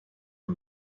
and